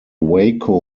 waco